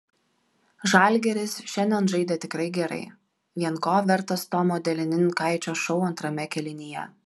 žalgiris šiandien žaidė tikrai gerai vien ko vertas tomo delininkaičio šou antrame kėlinyje